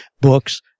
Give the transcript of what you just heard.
books